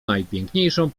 najpiękniejszą